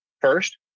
first